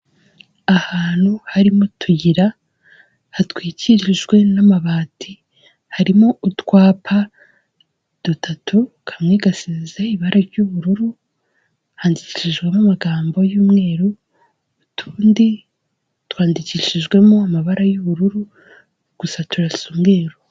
Ahantu harimo utuyira hatwikirijwe n'amabati, harimo utwapa dutatu kamwe gasize ibara ry'ubururu, handikishijwemo amagambo y'umweru, utundi twandikishijwemo amabara y'ubururu gusa turasa umweru.